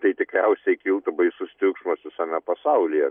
tai tikriausiai kiltų baisus triukšmas visame pasaulyje